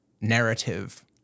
narrative